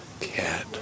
cat